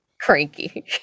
cranky